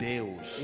Deus